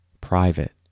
private